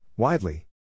Widely